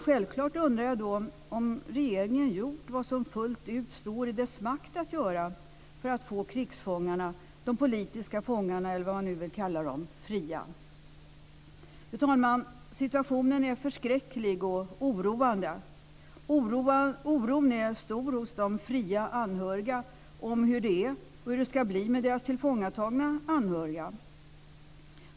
Självklart undrar jag om regeringen gjort vad som fullt ut står i dess makt att göra för att få krigsfångarna eller de politiska fångarna - vad man nu vill kalla dem - fria. Fru talman! Situationen är förskräcklig och oroande. Oron är stor hos de fria anhöriga när det gäller hur det är och hur det ska bli med deras tillfångatagna anhöriga.